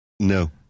No